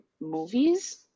movies